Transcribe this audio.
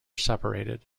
separated